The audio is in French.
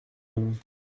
homme